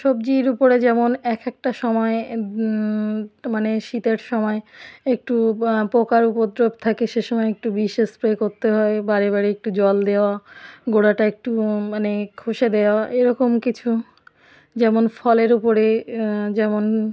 সবজির উপরে যেমন এক একটা সময়ে মানে শীতের সময়ে একটু পোকার উপদ্রব থাকে সেসময় একটু বিষ স্প্রে করতে হয় বারে বারে একটু জল দেওয়া গোঁড়াটা একটু মানে ঘষে দেওয়া এইরকম কিছু যেমন ফলের উপরে যেমন